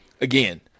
Again